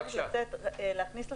אני פשוט חייבת לצאת, להכניס לסיכום,